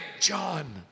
John